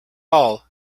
all